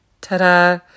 Ta-da